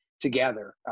together